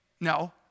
No